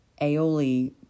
aioli